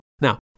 Now